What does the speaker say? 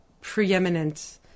preeminent